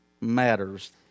matters